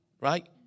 right